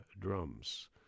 drums